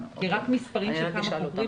רק מספרים של כמה חוזרים,